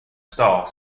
star